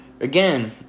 again